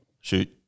shoot